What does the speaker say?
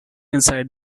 inside